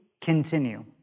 continue